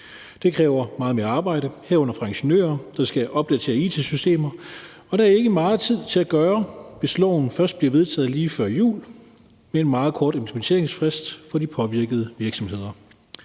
Det kræver meget mere arbejde, herunder fra ingeniører, der skal opdatere it-systemer, og det er der ikke meget tid til at gøre, hvis loven først bliver vedtaget lige før jul med en meget kort implementeringsfrist for de påvirkede virksomheder.